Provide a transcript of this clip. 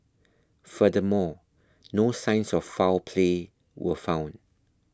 furthermore no signs of foul play were found